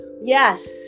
yes